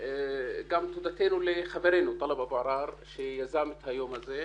גם תודתנו לחברנו טלב אבו עראר שיזם את היום הזה.